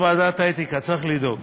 האתיקה צריך לדאוג